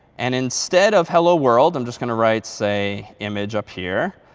and instead of hello world, i'm just going to write say image up here.